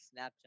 Snapchat